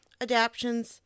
adaptions